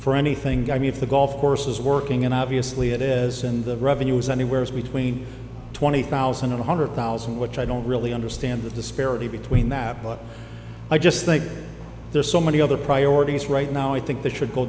for anything i mean if the golf course is working and obviously it isn't the revenue is anywhere between twenty thousand or one hundred thousand which i don't really understand the disparity between that but i just think there are so many other priorities right now i think th